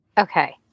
Okay